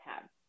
tab